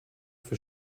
für